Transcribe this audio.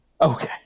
Okay